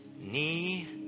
knee